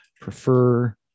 prefer